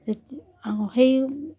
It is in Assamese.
আৰু সেই